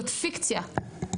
זאת פיקציה.